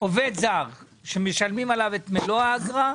זר שמשלמים עליו את מלוא האגרה,